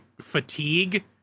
fatigue